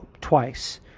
twice